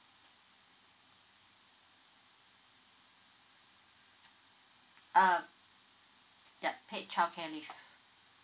uh yup paid childcare leave